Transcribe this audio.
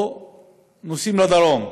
או נוסעים לדרום,